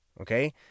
Okay